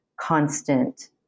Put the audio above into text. constant